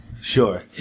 Sure